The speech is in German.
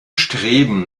streben